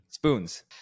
Spoons